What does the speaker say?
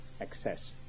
excess